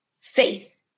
faith